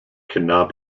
cannot